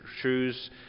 choose